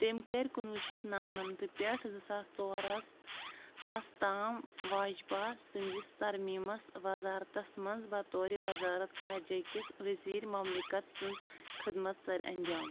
تٔمۍ كرۍ کُنوُہ شیٚتھ نمنَمتہٕ پیٚٹھ زٕ ساس ژورس ہس تام واجپا سٕندِس ترٛمیٖمس وزارتس منٛز بطورِ وزارت خارجہ کِس ؤزیٖر مملِکت سٕنز خدمت سرانٛجام